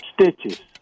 Stitches